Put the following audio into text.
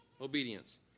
obedience